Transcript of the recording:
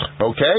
Okay